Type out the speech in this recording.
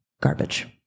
garbage